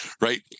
right